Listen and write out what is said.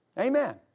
Amen